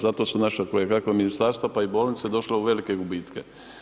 Zato su naša kojekakva ministarstva, pa i bolnice došle u velike gubitke.